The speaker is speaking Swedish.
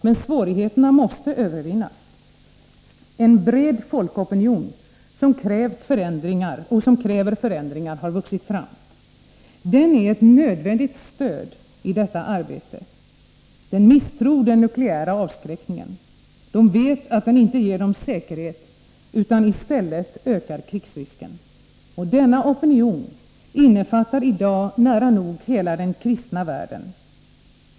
Men svårigheterna måste övervinnas. En bred folkopinion som kräver förändringar har växt fram. Den är ett nödvändigt stöd i detta arbete. De misstror den nukleära avskräckningen. De vet att den inte ger dem säkerhet utan i stället ökar krigsrisken. Denna opinion innefattar i dag nära nog hela den kristna världen.